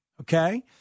okay